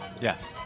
Yes